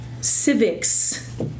civics